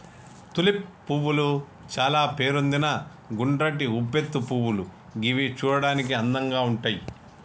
tulip పువ్వులు చాల పేరొందిన గుండ్రటి ఉబ్బెత్తు పువ్వులు గివి చూడడానికి అందంగా ఉంటయ్